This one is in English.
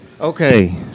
Okay